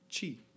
Chi